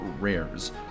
rares